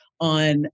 on